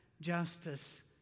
justice